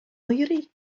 oeri